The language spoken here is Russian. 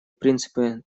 принципы